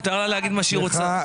מותר לה להגיד מה שהיא רוצה.